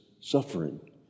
suffering